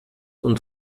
und